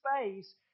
space